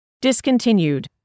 Discontinued